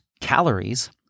calories